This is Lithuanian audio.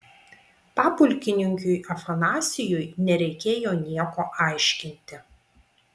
papulkininkiui afanasijui nereikėjo nieko aiškinti